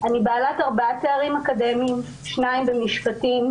אני בעלת ארבעה תארים אקדמיים, שניים במשפטים.